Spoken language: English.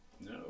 No